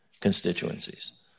constituencies